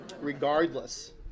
Regardless